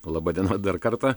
laba diena dar kartą